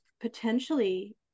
potentially